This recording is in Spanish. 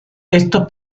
esto